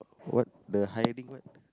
what the hiring what